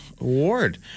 award